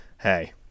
hey